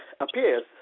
appears